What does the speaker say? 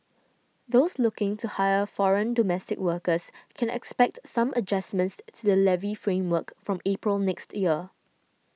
those looking to hire foreign domestic workers can expect some adjustments to the levy framework from April next year